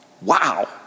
Wow